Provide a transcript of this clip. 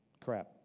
Crap